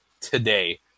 today